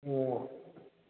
ꯑꯣ